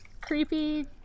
creepy